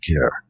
care